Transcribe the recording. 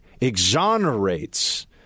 exonerates